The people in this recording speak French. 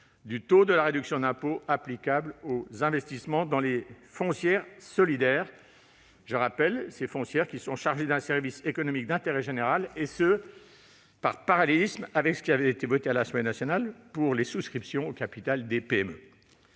du taux de la réduction d'impôt applicable aux investissements dans les foncières solidaires chargées d'un service économique d'intérêt général, par parallélisme avec ce qui avait été voté à l'Assemblée nationale pour les souscriptions au capital des PME.